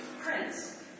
prince